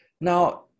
Now